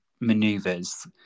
maneuvers